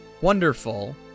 Wonderful